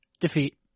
defeat